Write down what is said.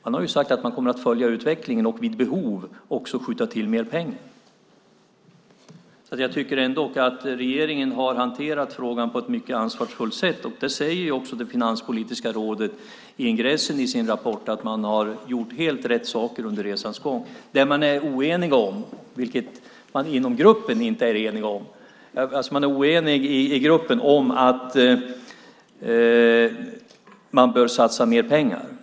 Man har sagt att man kommer att följa utvecklingen och vid behov också skjuta till mer pengar. Jag tycker ändock att regeringen har hanterat frågan på ett mycket ansvarsfullt sätt. Finanspolitiska rådet säger i ingressen till sin rapport att helt rätt saker har gjorts under resans gång. Det man är oenig om inom gruppen är att man bör satsa mer pengar.